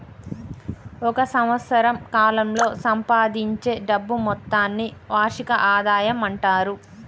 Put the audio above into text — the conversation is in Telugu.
ఒక సంవత్సరం కాలంలో సంపాదించే డబ్బు మొత్తాన్ని వార్షిక ఆదాయం అంటారు